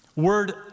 word